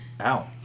Ow